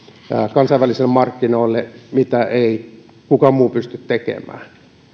kansainvälisille markkinoille mitä ei kukaan muu pysty tekemään